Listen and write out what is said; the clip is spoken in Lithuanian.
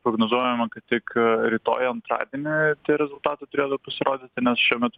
prognozuojama kad tik rytoj antradienį tie rezultatai turėtų pasirodyti nes šiuo metu